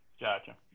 Gotcha